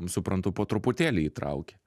suprantu po truputėlį įtraukė